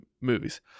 movies